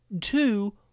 two